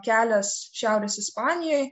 kelias šiaurės ispanijoj